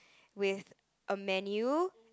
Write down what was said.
with a menu